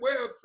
website